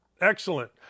excellent